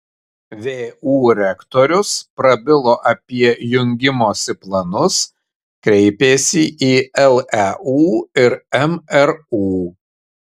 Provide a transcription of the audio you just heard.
vu rektorius prabilo apie jungimosi planus kreipėsi į leu ir mru